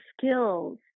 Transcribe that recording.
skills